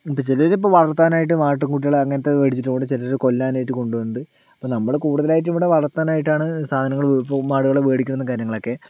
ചിലർ ഇപ്പോൾ വളർത്താൻ ആയിട്ട് മാട്ടിൻകുട്ടികളെ അങ്ങനെത്തേത് മേടിച്ചിട്ടുണ്ട് ചിലർ കൊല്ലാൻ ആയിട്ട് കൊണ്ടുപോയിട്ടുണ്ട് ഇപ്പോൾ നമ്മൾ കൂടുതലായിട്ടും ഇവിടെ വളർത്താൻ ആയിട്ടാണ് സാധനങ്ങൾ ഇപ്പോൾ മാടുകളെ മേടിക്കുന്നതും കാര്യങ്ങളൊക്കെ